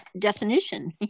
definition